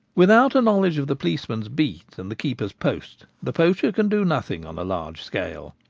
without a knowledge of the policeman's beat and the keeper's post the poacher can do nothing on a large scale.